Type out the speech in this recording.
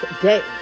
today